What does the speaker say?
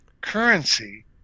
currency